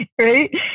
right